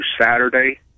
Saturday